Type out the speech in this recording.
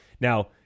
Now